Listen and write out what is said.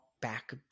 back